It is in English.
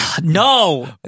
No